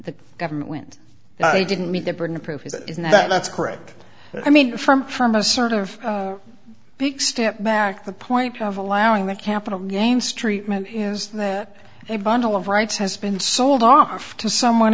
the government they didn't meet the burden of proof is it isn't that's correct i mean from from a sort of big step back the point of allowing the capital gains treatment is a bundle of rights has been sold off to someone